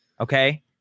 okay